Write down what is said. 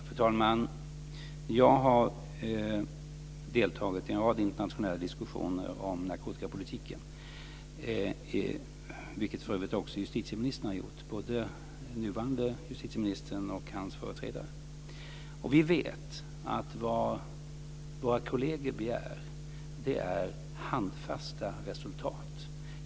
Fru talman! Jag har deltagit i en rad internationella diskussioner om narkotikapolitiken, vilket för övrigt också justitieministern har gjort - både den nuvarande justitieministern och hans företrädare. Vi vet att våra kolleger begär handfasta resultat.